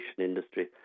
industry